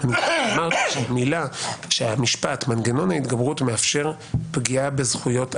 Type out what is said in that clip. אם יש שליטה בשופטים